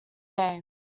day